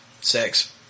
sex